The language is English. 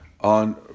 on